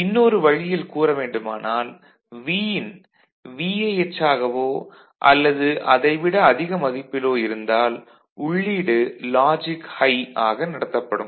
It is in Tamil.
இன்னொரு வழியில் கூற வேண்டுமானால் Vin VIH ஆகவோ அல்லது அதை விட அதிக மதிப்பிலோ இருந்தால் உள்ளீடு லாஜிக் ஹை ஆக நடத்தப்படும்